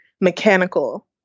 mechanical